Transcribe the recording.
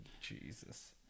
Jesus